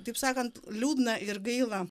taip sakant liūdna ir gaila